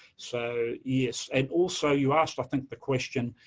so yes. and also, you asked i think the question,